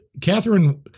Catherine